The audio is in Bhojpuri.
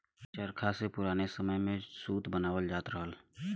चरखा से पुराने समय में सूत कातल जात रहल